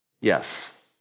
Yes